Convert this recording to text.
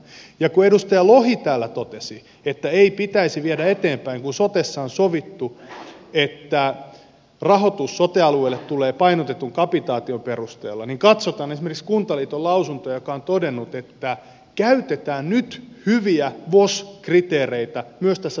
ja kun edustaja lohi täällä totesi että ei pitäisi viedä eteenpäin kun sotessa on sovittu että rahoitus sote alueelle tulee painotetun kapitaation perusteella niin katsotaan esimerkiksi kuntaliiton lausunto jossa on todettu että käytetään nyt hyviä vos kriteereitä myös tässä sote mallissa